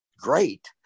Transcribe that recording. great